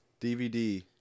DVD